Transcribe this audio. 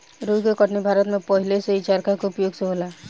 रुई के कटनी भारत में पहिलेही से चरखा के उपयोग से होला